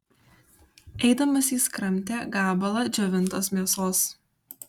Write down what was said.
eidamas jis kramtė gabalą džiovintos mėsos